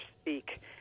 speak